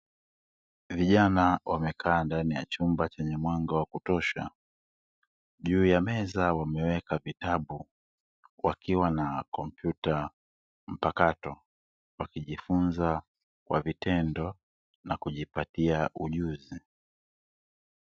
Vijana wamekaa ndani ya chumba chenye mwanga wa kutosha, juu ya meza wameweka vitabu wakiwa na kompyuta mpakato, wanajifunza kwa vitendo na kujipatia ujuzi.